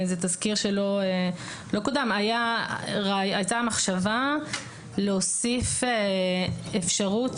זה תזכיר שלא קודם הייתה מחשבה להוסיף אפשרות